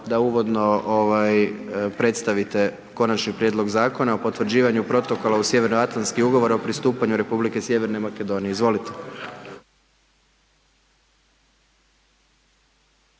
da uvodno ovaj predstavite Konačni prijedlog Zakona o potvrđivanju protokola uz Sjevernoatlanski ugovor o pristupanju Republike Sjeverne Makedonije. Izvolite.